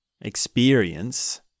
experience